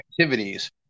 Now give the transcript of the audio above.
activities